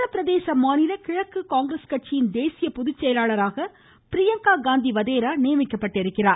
உத்தரபிரதேச மாநில கிழக்கு காங்கிரஸ் கட்சியின் தேசிய பொதுச்செயலாளராக பிரியங்கா காந்தி வதேரா நியமிக்கப்பட்டுள்ளார்